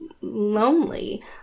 Lonely